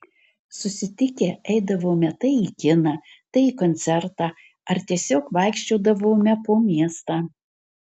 susitikę eidavome tai į kiną tai į koncertą ar tiesiog vaikščiodavome po miestą